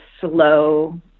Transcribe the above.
slow